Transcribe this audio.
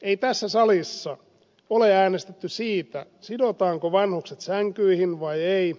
ei tässä salissa ole äänestetty siitä sidotaanko vanhukset sänkyihin vai ei